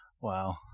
Wow